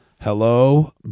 Hello